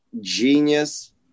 genius